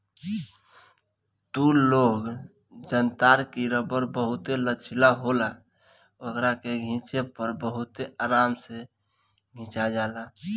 तू लोग जनतार की रबड़ बहुते लचीला होला ओकरा के खिचे पर बहुते आराम से खींचा जाला